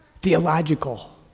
theological